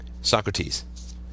Socrates